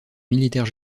militaire